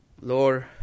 Lord